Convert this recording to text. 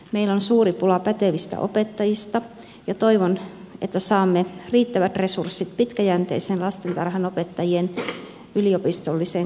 meillä on suuri pula pätevistä opettajista ja toivon että saamme riittävät resurssit pitkäjänteiseen lastentarhanopettajien yliopistolliseen koulutukseen